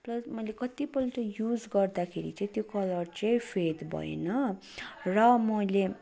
plus मैले कतिपल्ट use गर्दाखेरि चाहिँ त्यो कलर चाहिँ फेड भएन र मैले